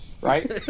right